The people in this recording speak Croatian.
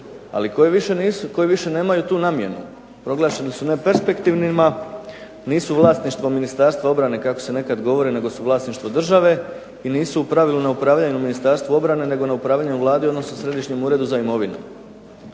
ali one više nemaju tu namjenu, proglašene su neperspektivnima, nisu vlasništvo Ministarstva obrane kako se tu govori, nego su vlasništvo države, i nisu u pravilu na upravljanju Ministarstva obrane, nego na upravljanju Vlade odnosno Središnjem uredu za imovinu.